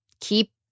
keep